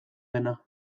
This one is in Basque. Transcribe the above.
dena